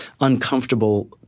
uncomfortable